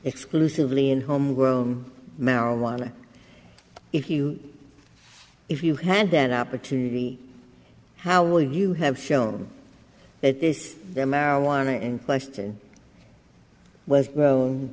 exclusively in homegrown marijuana if you if you had that opportunity how would you have shown it is that marijuana in question was well